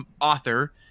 author